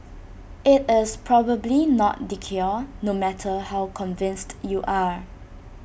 IT is probably not the cure no matter how convinced you are